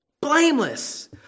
blameless